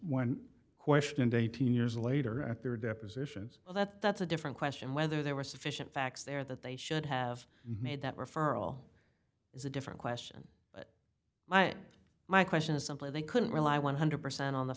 when questioned eighteen years later at their depositions well that's a different question whether there was sufficient facts there that they should have made that referral is a different question but my question is simply they couldn't rely one hundred percent on the